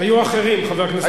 היו אחרים, חבר הכנסת טיבי.